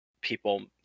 people